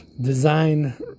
design